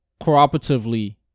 cooperatively